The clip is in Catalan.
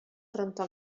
rentar